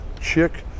Chick